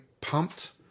pumped